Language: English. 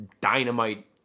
dynamite